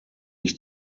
ich